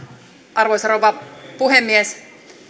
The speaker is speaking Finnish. arvoisa rouva puhemies